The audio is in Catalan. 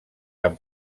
amb